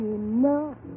enough